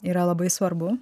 yra labai svarbu